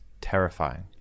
terrifying